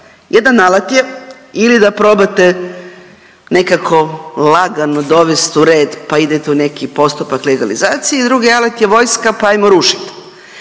Jedan alat je ili da probate nekako lagano dovest u red pa idete u neki postupak legalizacije i drugi alat je vojska, pa hajmo rušiti.